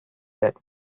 that